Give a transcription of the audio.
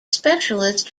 specialist